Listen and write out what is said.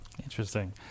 Interesting